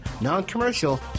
non-commercial